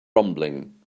rumbling